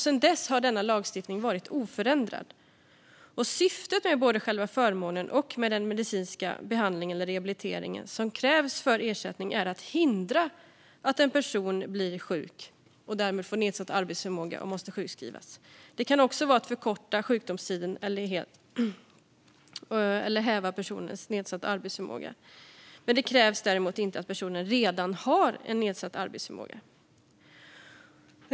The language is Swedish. Sedan dess har denna lagstiftning varit oförändrad. Syftet med både själva förmånen och med den medicinska behandling eller rehabilitering som krävs för ersättning är att hindra att en person blir sjuk och därmed får nedsatt arbetsförmåga och måste sjukskrivas. Det kan också handla om att förkorta sjukdomstiden eller att häva personens nedsatta arbetsförmåga. Det krävs däremot inte att personen redan har en nedsatt arbetsförmåga.